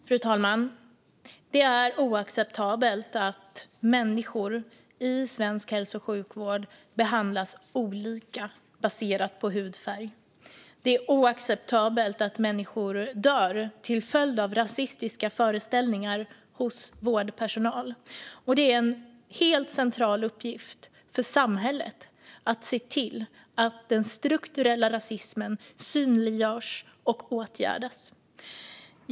Fru talman! Det är oacceptabelt att människor i svensk hälso och sjukvård behandlas olika baserat på hudfärg. Det är oacceptabelt att människor dör till följd av rasistiska föreställningar hos vårdpersonal. Det är en helt central uppgift för samhället att se till att den strukturella rasismen synliggörs och åtgärdas.